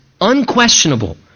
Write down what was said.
unquestionable